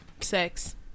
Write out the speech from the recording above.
Sex